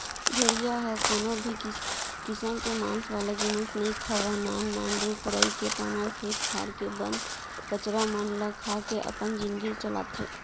भेड़िया ह कोनो भी किसम के मांस वाला जिनिस नइ खावय नान नान रूख राई के पाना, खेत खार के बन कचरा मन ल खा के अपन जिनगी चलाथे